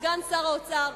סגן שר האוצר,